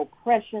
oppression